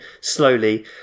slowly